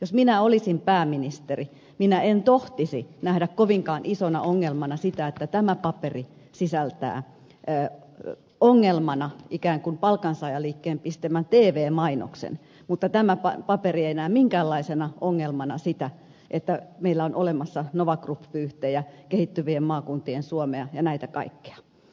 jos minä olisin pääministeri minä en tohtisi nähdä kovinkaan isona ongelmana sitä että tämä paperi sisältää ne n ongelmana palkansaajaliikkeen tv mainosta kun tämä paperi ei näe minkäänlaisena ongelmana sitä että meillä on olemassa nova group vyyhtejä kehittyvien maakuntien suomea ja näitä kaikkia